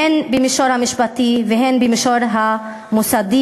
הן במישור המשפטי והן במישור המוסדי.